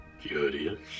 Curious